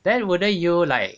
then wouldn't you like err